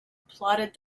plotted